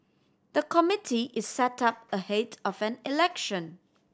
the committee is set up ahead of an election